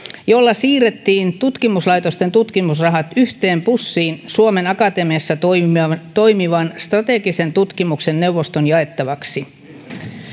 jolla siirrettiin tutkimuslaitosten tutkimusrahat yhteen pussiin suomen akatemiassa toimivan strategisen tutkimuksen neuvoston jaettavaksi